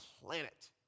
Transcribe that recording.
planet